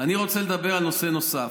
אני רוצה לדבר על נושא נוסף.